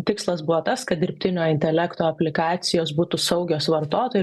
tikslas buvo tas kad dirbtinio intelekto aplikacijos būtų saugios vartotojui